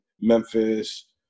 Memphis